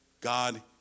God